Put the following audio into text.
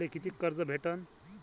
मले कितीक कर्ज भेटन?